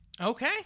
Okay